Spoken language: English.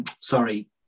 sorry